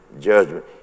judgment